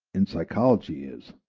in psychology is,